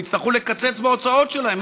הם יצטרכו לקצץ בהוצאות שלהם.